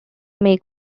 make